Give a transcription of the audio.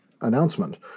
announcement